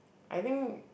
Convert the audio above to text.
I think